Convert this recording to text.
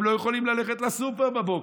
הם לא יכולים ללכת לסופר בבוקר,